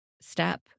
step